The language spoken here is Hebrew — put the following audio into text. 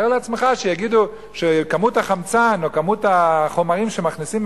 תאר לעצמך שיגידו שכמות החמצן או כמות החומרים שמכניסים